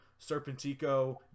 Serpentico